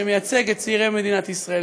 שמייצג את צעירי מדינת ישראל,